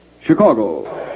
Chicago